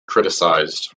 criticised